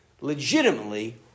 Legitimately